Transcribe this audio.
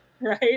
Right